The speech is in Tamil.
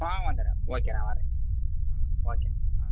ஆ வந்துட்றேன் ஓகே அண்ணே வரேன் ஓகே ஆ